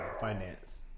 Finance